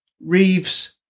reeves